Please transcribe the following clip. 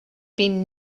been